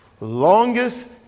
Longest